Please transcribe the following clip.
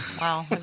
Wow